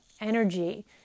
energy